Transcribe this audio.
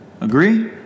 Agree